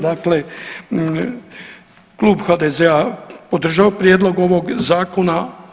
Dakle, Klub HDZ-a podržava prijedlog ovog zakona.